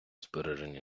збереження